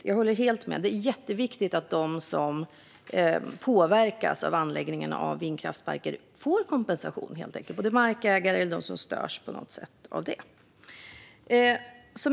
Jag håller helt med om att det är jätteviktigt att de som påverkas av anläggning av vindkraftsparker får kompensation, och det gäller både markägare och de som på något sätt störs av det hela.